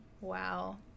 wow